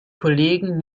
kollegen